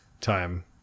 time